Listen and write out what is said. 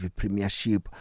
premiership